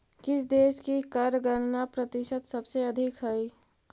किस देश की कर गणना प्रतिशत सबसे अधिक हई